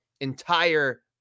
entire